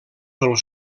pel